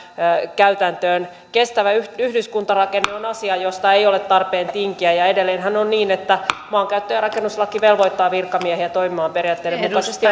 käytäntöön kestävä yhdyskuntarakenne on asia josta ei ole tarpeen tinkiä ja edelleenhän on niin että maankäyttö ja rakennuslaki velvoittaa virkamiehiä toimimaan niiden periaatteiden mukaisesti